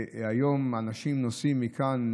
והיום אנשים נוסעים מכאן,